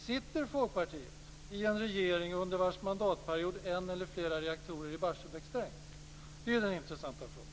Sitter Folkpartiet i en regering under vars mandatperiod en eller flera reaktorer i Barsebäck stängs? Det är den intressanta frågan.